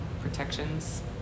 protections